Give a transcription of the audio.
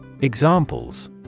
Examples